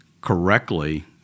correctly